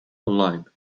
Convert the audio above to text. online